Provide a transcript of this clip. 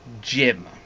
gym